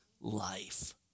life